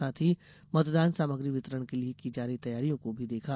साथ ही मतदान सामग्री वितरण के लिए की जा रही तैयारियों को भी देखा